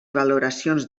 valoracions